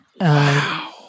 Wow